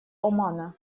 омана